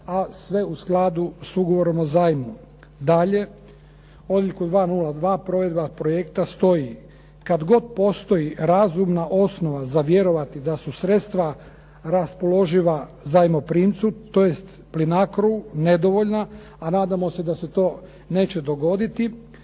a sve u skladu s ugovorom o zajmu. Dalje, u odjeljku 202 provedba projekta stoji kad god postoji razumna osnova za vjerovati da su sredstva raspoloživa zajmoprimcu tj. Plinacrou nedovoljna, a nadamo se da se to neće dogoditi,